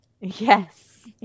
Yes